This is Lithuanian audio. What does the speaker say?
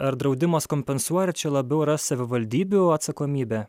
ar draudimas kompensuoja ar čia labiau yra savivaldybių atsakomybė